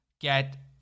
get